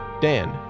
Dan